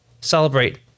Celebrate